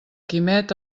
quimet